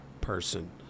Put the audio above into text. person